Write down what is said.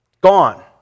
gone